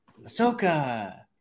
ahsoka